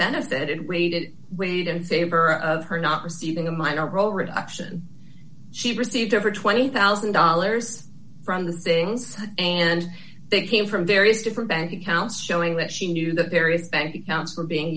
benefited weighed it weighed in favor of her not receiving a minor role redemption she received over twenty thousand dollars from the things and they came from various different bank accounts showing that she knew the various bank accounts were being